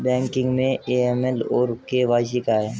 Banking में AML और KYC क्या हैं?